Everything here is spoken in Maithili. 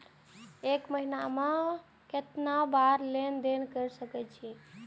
एक महीना में केतना बार लेन देन कर सके छी?